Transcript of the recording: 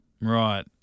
Right